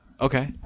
okay